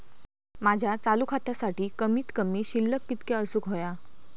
माझ्या चालू खात्यासाठी कमित कमी शिल्लक कितक्या असूक होया?